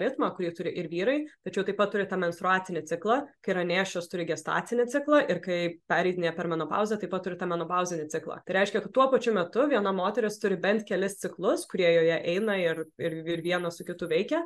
ritmą kurį turi ir vyrai tačiau taip pat turi tą menstruacinį ciklą kai yra nėščios turi gestacinį ciklą ir kai pereidinėja per menopauzę taip pat turi tą menopauzinį ciklą tai reiškia kad tuo pačiu metu viena moteris turi bent kelis ciklus kurie joje eina ir ir ir vienas su kitu veikia